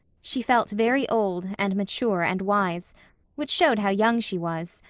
she felt very old and mature and wise which showed how young she was.